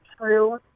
true